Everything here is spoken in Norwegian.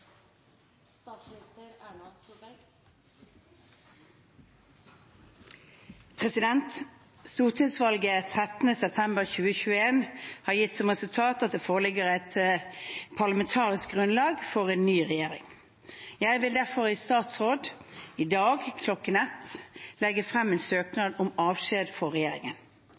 Stortingsvalget 13. september 2021 har gitt som resultat at det foreligger et parlamentarisk grunnlag for en ny regjering. Jeg vil derfor i statsråd i dag kl. 13 legge frem en søknad om avskjed for regjeringen.